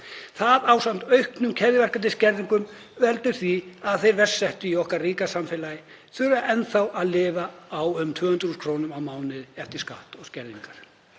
Það, ásamt auknum keðjuverkandi skerðingum, veldur því að þeir verst settu í okkar ríka samfélagi þurfa enn þá að lifa á um 200.000 kr. á mánuði eftir skatta og skerðingar.